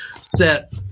set